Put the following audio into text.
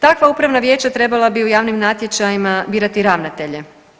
Takva upravna vijeća trebala bi u javnim natječajima birati ravnatelje.